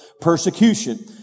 persecution